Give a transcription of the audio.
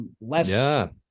less